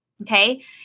okay